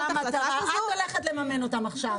ואני רוצה לדעת אם את עברת את אותם לחצים.